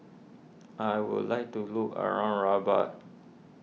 I would like to look around Rabat